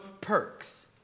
perks